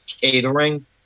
catering